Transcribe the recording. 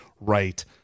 right